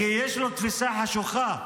כי יש לו תפיסה חשוכה.